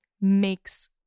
makes